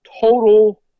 total